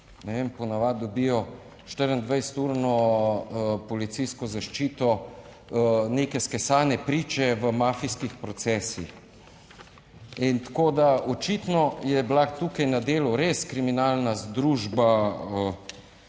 po navadi dobijo 24 urno policijsko zaščito, neke skesane priče v mafijskih procesih. In tako da očitno je bila tukaj na delu res kriminalna združba.